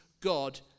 God